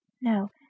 no